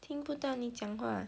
听不到你讲话